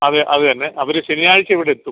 അതെ അത് തന്നെ അവര് ശനിയാഴ്ച്ച ഇവിടെത്തും